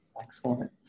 Excellent